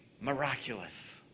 miraculous